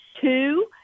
Two